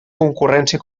concurrència